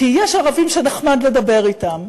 כי יש ערבים שנחמד לדבר אתם,